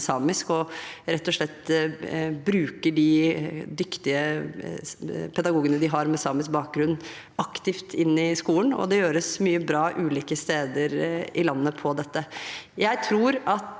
og rett og slett bruker de dyktige pedagogene de har med samisk bakgrunn, aktivt inn i skolen. Det gjøres mye bra ulike steder i landet. Jeg tror at